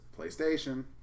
PlayStation